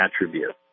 attribute